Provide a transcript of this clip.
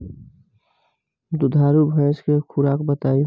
दुधारू भैंस के खुराक बताई?